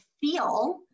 feel